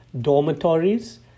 dormitories